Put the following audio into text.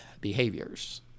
behaviors